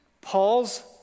Paul's